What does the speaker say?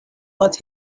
but